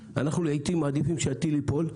לעתים, אנחנו מעדיפים שהטיל ייפול,